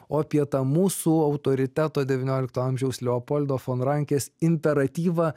o apie tą mūsų autoriteto devyniolikto amžiaus leopoldo fon rankis imperatyvą